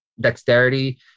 dexterity